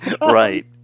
Right